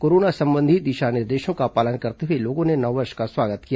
corona संबंधी दिशा निर्देशों का पालन करते हुए लोगों ने नववर्ष का स्वागत किया